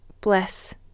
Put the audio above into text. bless